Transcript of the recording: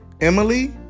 Emily